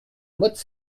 motte